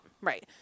right